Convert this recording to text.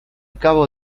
cabo